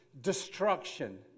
destruction